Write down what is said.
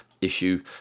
issue